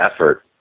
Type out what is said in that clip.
effort